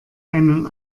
einen